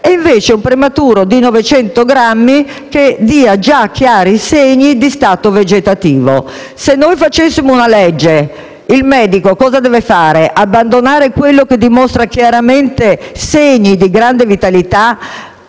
vivere e un prematuro di 900 grammi che dà già chiari segni di stato vegetativo. Se noi facessimo una legge, il medico cosa dovrebbe fare? Abbandonare quello che dimostra chiaramente segni di grandi vitalità